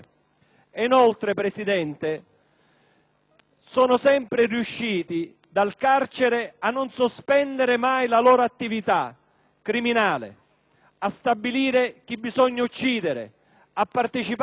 sono sempre riusciti, dal carcere, a non sospendere mai la loro attività criminale, a stabilire chi bisogna uccidere, a partecipare alle scelte sulle stragi